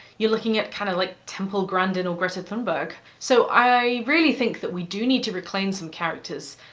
you're looking at kind of, like, temple grandin or greta thornburg. so i really think that we do need to reclaim some characters,